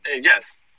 Yes